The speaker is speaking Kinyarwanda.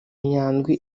nyandwi